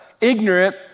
ignorant